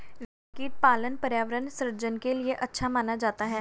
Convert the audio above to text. रेशमकीट पालन पर्यावरण सृजन के लिए अच्छा माना जाता है